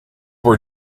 were